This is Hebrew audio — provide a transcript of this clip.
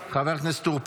הצעת חוק אומנה לילדים (תיקון מס' 6)